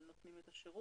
הגוף נותן השירות